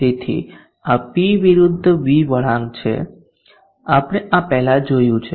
તેથી આ P વિરુદ્ધ V વળાંક છે આપણે આ પહેલા જોયું છે